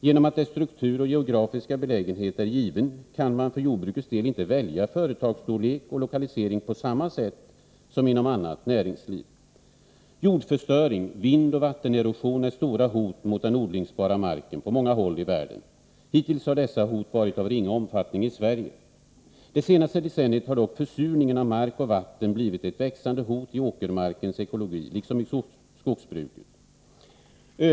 Genom att dess struktur och geografiska belägenhet är given kan man för jordbrukets del inte välja företagsstorlek och lokalisering på samma sätt som inom annat näringsliv. Jordförstöring, vindoch vattenerosion är stora hot mot den odlingsbara marken på många håll i världen. Hittills har dessa hot varit av ringa omfattning i Sverige. Det senaste decenniet har dock försurningen av mark och vatten blivit ett växande hot i åkermarkens ekologi liksom i skogsbruket.